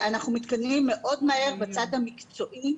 אנחנו מתקדמים מאוד מהר בצד המקצועי.